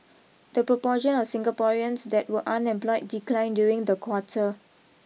the proportion of Singaporeans that were unemployed declined during the quarter